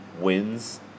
wins